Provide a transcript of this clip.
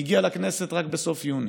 היא הגיעה לכנסת רק בסוף יוני.